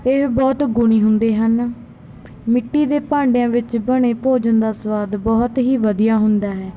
ਇਹ ਬਹੁਤ ਗੁਣੀ ਹੁੰਦੇ ਹਨ ਮਿੱਟੀ ਦੇ ਭਾਂਡਿਆਂ ਵਿੱਚ ਬਣੇ ਭੋਜਨ ਦਾ ਸੁਆਦ ਬਹੁਤ ਹੀ ਵਧੀਆ ਹੁੰਦਾ ਹੈ